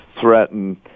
threaten